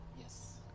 Yes